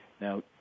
Now